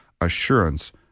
assurance